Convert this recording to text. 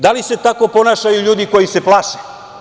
Da li se tako ponašaju ljudi koji se plaše?